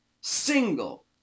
single